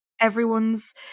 everyone's